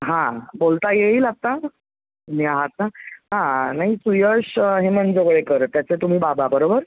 हां बोलता येईल आत्ता फ्री आहांत ना हां नाही सुयश हेमंत जोगळेकर त्याचे तुम्ही बाबा बरोबर